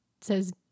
says